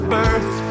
birth